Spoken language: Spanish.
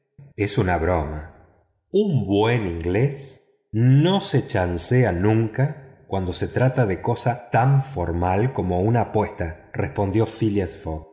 es una broma un buen inglés no se chancea nunca cuando se trata de una cosa tan formal como una apuesta respondió